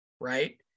Right